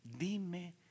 Dime